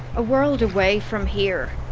a world away from here.